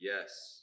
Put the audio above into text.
Yes